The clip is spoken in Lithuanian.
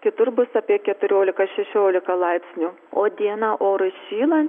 kitur bus apie keturiolika šešiolika laipsnių o dieną oras šyla